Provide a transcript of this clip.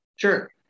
Sure